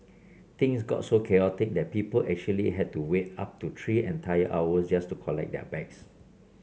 things got so chaotic that people actually had to wait up to three entire hours just to collect their bags